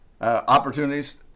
opportunities